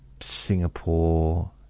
Singapore